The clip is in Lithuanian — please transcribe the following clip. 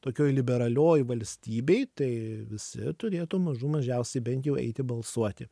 tokioj liberalioj valstybėj tai visi turėtų mažų mažiausiai bent jau eiti balsuoti